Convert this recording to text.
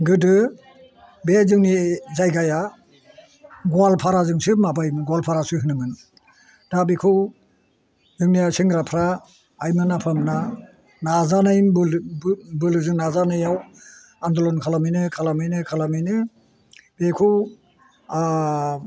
गोदो बे जोंनि जायगाया गवालफाराजोंसो माबायोमोन गवालफारासो होनोमोन दा बेखौ जोंनिया सेंग्राफ्रा आइमोन आफामोना नाजानायनि बोलोजों नाजानायाव आनदलन खालामैनो खालामैनो खालामैनो बेखौ